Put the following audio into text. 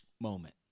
moment